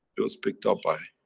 it was picked up by.